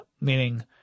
meaning